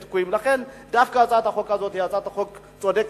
לכן, דווקא הצעת החוק הזאת היא הצעת חוק צודקת.